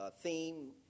theme